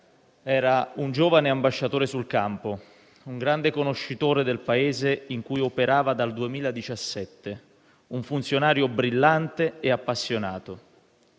era un giovane ambasciatore sul campo, un grande conoscitore del Paese, in cui operava dal 2017, un funzionario brillante e appassionato.